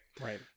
Right